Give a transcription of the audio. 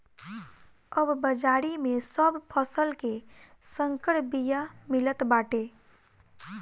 अब बाजारी में सब फसल के संकर बिया मिलत बाटे